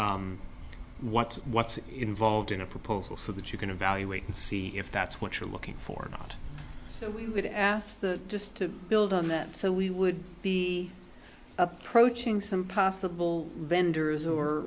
what's what's involved in a proposal so that you can evaluate and see if that's what you're looking for not so we would ask the just to build on that so we would be approaching some possible vendors or